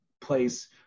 place